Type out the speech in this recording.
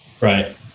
Right